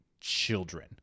children